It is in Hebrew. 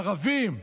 לערבים,